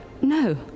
No